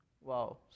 Wow